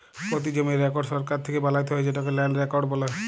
পতি জমির রেকড় সরকার থ্যাকে বালাত্যে হয় যেটকে ল্যান্ড রেকড় বলে